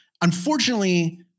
Unfortunately